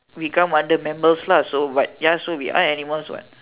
we come under mammals lah so what ya so we are animals what